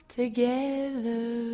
together